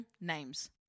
names